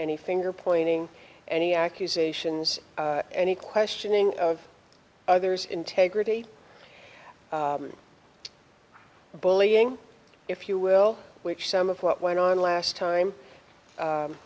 any finger pointing any accusations any questioning of others integrity the bullying if you will which some of what went on last time